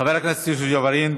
חבר הכנסת יוסף ג'בארין,